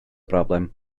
broblem